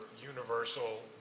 universal